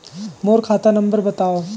मोर खाता नम्बर बताव?